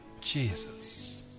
Jesus